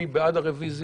מי בעד הרביזיה?